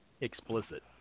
explicit